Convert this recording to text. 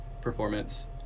performance